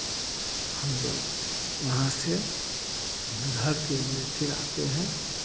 हम लोग वहाँ से घर के लिए फिर आते हैं